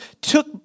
took